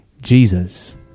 Jesus